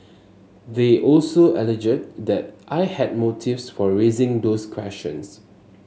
they also alleged that I had motives for raising those questions